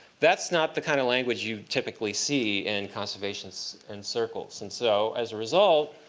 that's not the kind of language you typically see in conservations and circles. and so as a result,